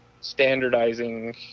standardizing